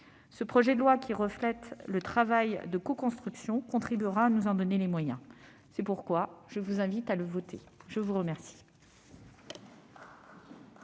Ce projet de loi, qui reflète le travail de coconstruction, contribuera à nous en donner les moyens. C'est pourquoi je vous invite à le voter. La parole